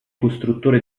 costruttore